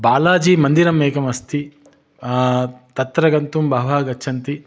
बालाजिमन्दिरम् एकम् अस्ति तत्र गन्तुं बहवः गच्छन्ति